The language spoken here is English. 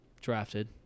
drafted